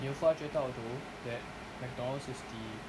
你有发觉到 though that McDonald's is the